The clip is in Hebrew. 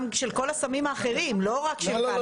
גם של כל הסמים האחרים ולא רק של הקנאביס.